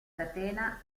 catena